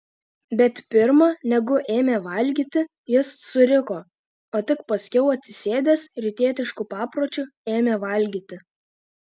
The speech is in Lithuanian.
bet pirma negu ėmė valgyti jis suriko o tik paskiau atsisėdęs rytietišku papročiu ėmė valgyti